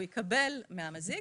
הוא יקבל מהמזיק,